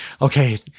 okay